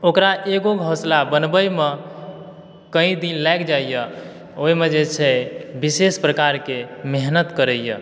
ओकरा एगो घोसला बनबैमे कइ दिन लागि जाइए ओइमे जे छै विशेष प्रकारके मेहनति करैए